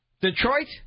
Detroit